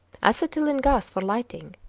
acetylene gas for lighting,